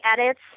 edits